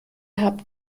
habt